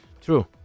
True